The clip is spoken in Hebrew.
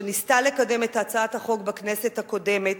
שניסתה לקדם את הצעת החוק בכנסת הקודמת,